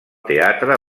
teatre